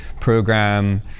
program